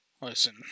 Listen